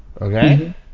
Okay